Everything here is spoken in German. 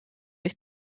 ich